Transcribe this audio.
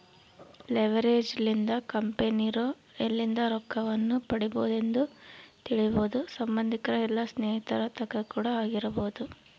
leverage ಲಿಂದ ಕಂಪೆನಿರೊ ಎಲ್ಲಿಂದ ರೊಕ್ಕವನ್ನು ಪಡಿಬೊದೆಂದು ತಿಳಿಬೊದು ಸಂಬಂದಿಕರ ಇಲ್ಲ ಸ್ನೇಹಿತರ ತಕ ಕೂಡ ಆಗಿರಬೊದು